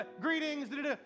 greetings